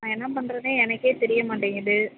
நான் என்னப் பண்ணுறேன்னு எனக்கே தெரியமாட்டேங்குது